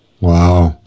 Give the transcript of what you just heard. Wow